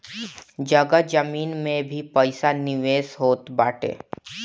जगह जमीन में भी पईसा निवेश होत बाटे